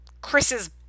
Chris's